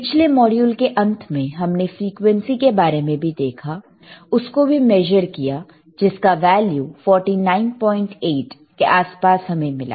पिछले मॉड्यूल के अंत में हमने फ्रीक्वेंसी के बारे में भी देखा उसको भी मेजर किया जिसका वैल्यू 498 के आसपास हमें मिला